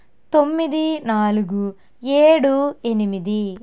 తొమ్మిది నాలుగు ఏడు ఎనిమిది